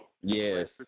Yes